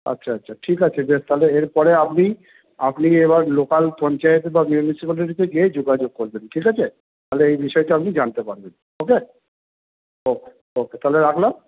আচ্ছা আচ্ছা ঠিক আছে যে তাহলে এরপরে আপনি আপনি এবার লোকাল পঞ্চায়েত বা মিউনিসিপালিটিতে গিয়ে করবেন ঠিক আছে তাহলে এই বিষয়টি আপনি জানতে পারবেন ওকে ওকে ওকে তাহলে রাখলাম